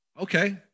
Okay